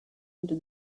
into